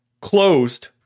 Closed